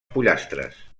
pollastres